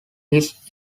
his